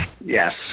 Yes